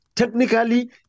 Technically